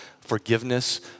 forgiveness